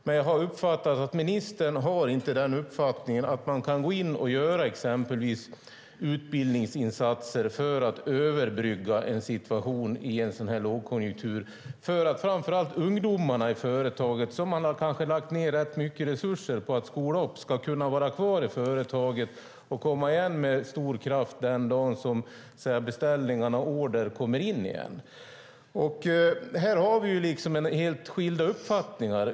Men jag har uppfattat att ministern inte har uppfattningen att man kan gå in och göra exempelvis utbildningsinsatser för att överbrygga en situation i en sådan här lågkonjunktur för att framför allt ungdomarna i företagen, som man kanske har lagt ned rätt mycket resurser på att skola upp, ska kunna vara kvar i företagen och komma igen med stor kraft den dag som beställningar och order kommer in igen. Här har vi helt skilda uppfattningar.